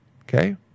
Okay